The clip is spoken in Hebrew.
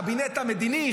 הקבינט המדיני,